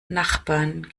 nachbarn